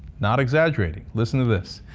not exaggerating. listen to this.